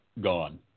gone